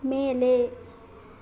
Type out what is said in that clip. ಮೇಲೆ